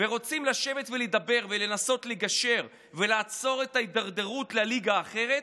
ורוצים לשבת ולדבר ולנסות לגשר ולעצור את ההידרדרות לליגה האחרת,